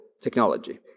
technology